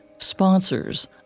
Sponsors